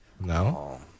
No